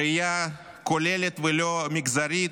ראייה כוללת ולא מגזרית,